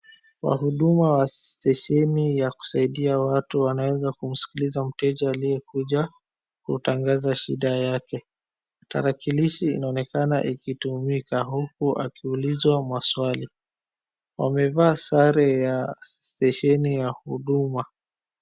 Wahuduma wa stesheni ya kusaidia watu wanaweza kumsikiliza mteja aliyekuja, kutangaza shida yake. Tarakilishi inaonekana ikitumika huku akiulizwa maswali. Wamevaa sare ya stesheni ya huduma.